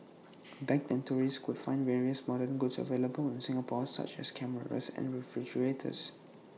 back then tourists could find various modern goods available in Singapore such as cameras and refrigerators